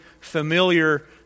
familiar